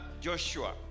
Joshua